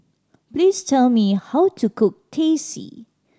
please tell me how to cook Teh C